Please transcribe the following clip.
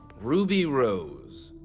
ruby rose.